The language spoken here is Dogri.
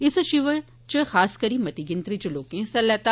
इस शिवर इच खरी मती गिनतरी इच लोकें हिस्सा लैता